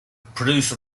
produce